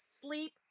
sleep